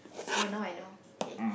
oh now I know okay